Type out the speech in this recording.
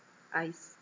I se~